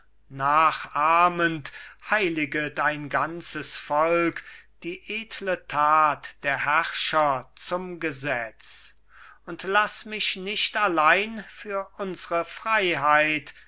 nachahmend heiliget ein ganzes volk die edle that der herrscher zum gesetz und laß mich nicht allein für unsre freiheit